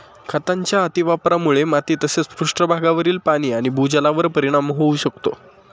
खतांच्या अतिवापरामुळे माती तसेच पृष्ठभागावरील पाणी आणि भूजलावर परिणाम होऊ शकतो